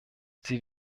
sie